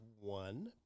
one